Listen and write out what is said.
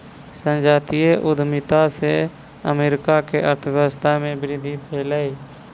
संजातीय उद्यमिता से अमेरिका के अर्थव्यवस्था में वृद्धि भेलै